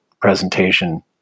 presentation